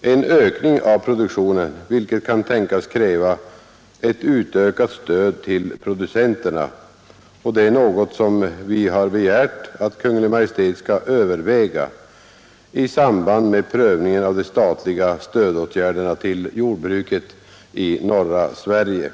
en ökning av produktionen, vilket kan tänkas kräva ett utökat stöd till producenterna, något som vi begärt att Kungl. Maj:t skall överväga i samband med prövningen av de statliga stödåtgärderna till jordbruket i norra Sverige.